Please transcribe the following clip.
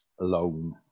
alone